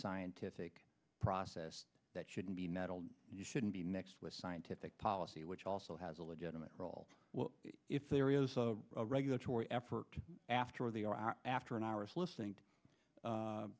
scientific process that shouldn't be metal and shouldn't be next with scientific policy which also has a legitimate role if there is a regulatory effort after the after and hours listening